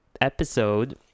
episode